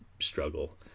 struggle